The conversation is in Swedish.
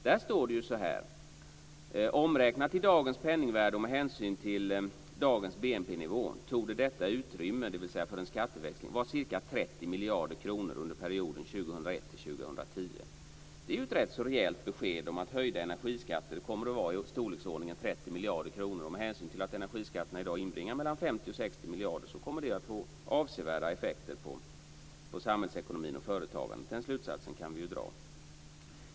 Där står det: "Omräknat i dagens penningvärde och med hänsyn till dagens BNP-nivå torde detta utrymme" - dvs. för en skatteväxling - "vara ca 30 miljarder kronor under perioden 2001 2010." Det är ju ett rätt så rejält besked om att höjningen av energiskatterna kommer att vara i storleksordningen 30 miljarder kronor. Med hänsyn till att energiskatterna i dag inbringar mellan 50 och 60 miljarder kommer det att få avsevärda effekter på samhällsekonomin och företagandet. Den slutsatsen kan vi ju dra.